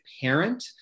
parent